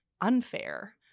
unfair